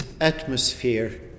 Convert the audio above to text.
atmosphere